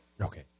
Okay